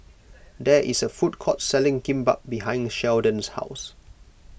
there is a food court selling Kimbap behind the Sheldon's house